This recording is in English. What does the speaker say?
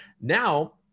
Now